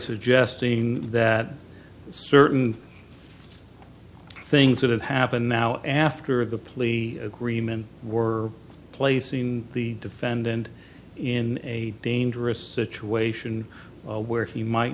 suggesting that certain things that have happened now after the plea agreement were placing the defendant in a dangerous situation where he might